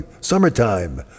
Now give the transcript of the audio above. summertime